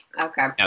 Okay